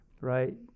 right